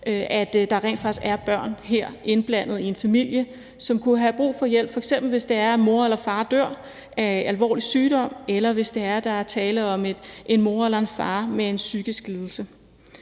at der rent faktisk er børn indblandet i en familie, som kunne have brug for hjælp. Det kunne f.eks. være, hvis det er, at mor eller far dør af alvorlig sygdom, eller hvis det er, at der er tale om en mor eller en far med en psykisk lidelse.